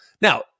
Now